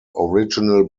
original